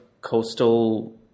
coastal